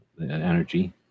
energy